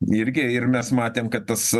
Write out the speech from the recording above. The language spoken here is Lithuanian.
irgi ir mes matėm kad tas